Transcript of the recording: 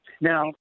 Now